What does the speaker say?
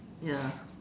ya